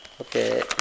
Okay